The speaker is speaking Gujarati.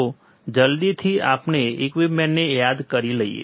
તો જલ્દી થી આપણે ઈક્વિપમેંટને યાદ કરી લઈએ